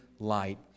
Light